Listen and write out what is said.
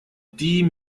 die